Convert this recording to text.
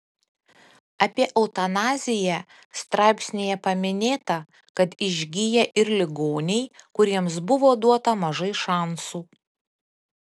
apie eutanaziją straipsnyje paminėta kad išgyja ir ligoniai kuriems buvo duota mažai šansų